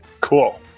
Cool